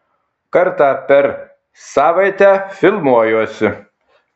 kartą per savaitę filmuojuosi